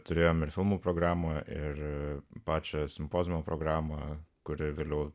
turėjome ir filmų programą ir pačią simpoziumo programą kuri vėliau